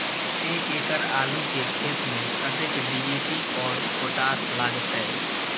एक एकड़ आलू के खेत में कतेक डी.ए.पी और पोटाश लागते?